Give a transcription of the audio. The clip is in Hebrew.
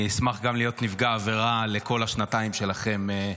אני אשמח גם להיות נפגע עבירה של כל השנתיים שלכם,